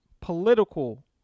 political